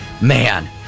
Man